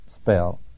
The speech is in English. spell